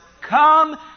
Come